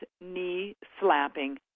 knee-slapping